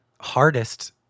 hardest